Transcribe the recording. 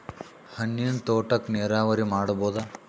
ಹಣ್ಣಿನ್ ತೋಟಕ್ಕ ನೀರಾವರಿ ಮಾಡಬೋದ?